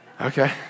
Okay